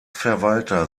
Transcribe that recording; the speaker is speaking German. verwalter